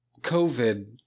COVID